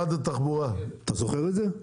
אתה זוכר את זה?